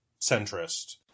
centrist